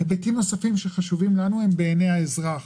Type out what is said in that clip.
היבטים נוספים שחשובים לנו הם בעיני האזרח,